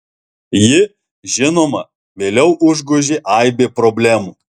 jį žinoma vėliau užgožė aibė problemų